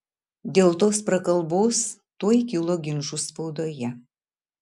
dėl tos prakalbos tuoj kilo ginčų spaudoje